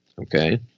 Okay